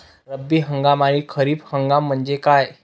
रब्बी हंगाम आणि खरीप हंगाम म्हणजे काय?